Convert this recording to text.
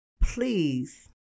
Please